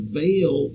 veil